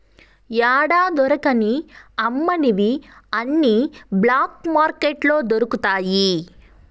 యాడా దొరకని అమ్మనివి అన్ని బ్లాక్ మార్కెట్లో దొరుకుతాయి